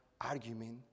argument